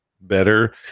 better